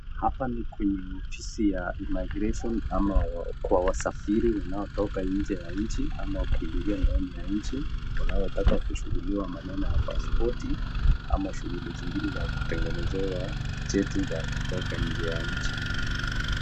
Hapa ni kwenye ofisi ya immigration ama kwa wasafiri wanaotoka inje ya nchi ama kuingia ndani ya nchi wanaotaka kuchukuliwa maneneo ya paspoti ama shughuli zingine za kutengenezewa cheti za kutoka inje ya nchi.